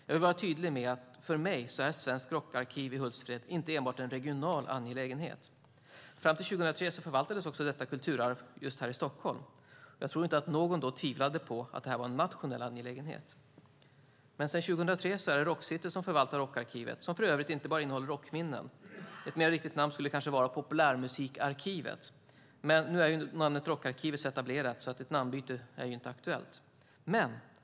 Jag vill vara tydlig med att för mig är Svenskt Rockarkiv i Hultsfred inte enbart en regional angelägenhet. Fram till 2003 förvaltades detta kulturarv här i Stockholm. Jag tror inte att någon då tvivlade på att detta var en nationell angelägenhet. Sedan 2003 är det Rock City som förvaltar Rockarkivet, som för övrigt inte bara innehåller rockminnen. Ett mera riktigt namn skulle vara Populärmusikarkivet. Nu är dock namnet Rockarkivet så etablerat att ett namnbyte inte är aktuellt.